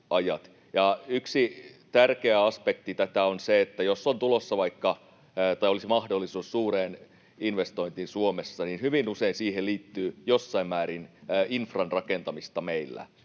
Yksi tärkeä aspekti tätä on se, että jos on mahdollisuus suureen investointiin Suomessa, niin hyvin usein siihen liittyy jossain määrin infran rakentamista meillä,